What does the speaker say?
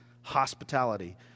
hospitality